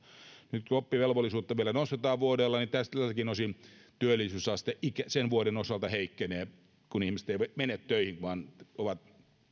nyt kun oppivelvollisuutta vielä nostetaan vuodella niin tältäkin osin työllisyysaste sen vuoden osalta heikkenee kun ihmiset eivät mene töihin vaan ovat